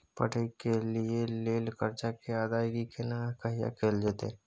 पढै के लिए लेल कर्जा के अदायगी केना आ कहिया कैल जेतै?